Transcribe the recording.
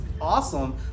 awesome